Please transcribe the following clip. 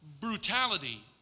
brutality